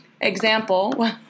example